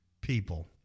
people